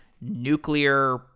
nuclear